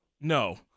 No